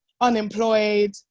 unemployed